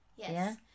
Yes